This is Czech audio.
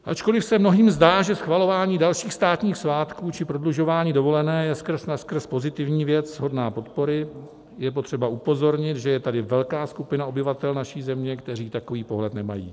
Ačkoli se mnohým zdá, že schvalování dalších státních svátků či prodlužování dovolené je skrz naskrz pozitivní věc hodná podpory, je potřeba upozornit, že je tady velká skupina obyvatel naší země, kteří takový pohled nemají.